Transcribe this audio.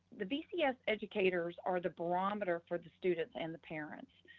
the vcs educators are the barometer for the students and the parents.